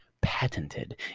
patented